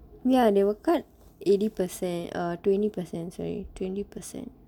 ya they will cut eighty percent err twenty percent sorry twenty percent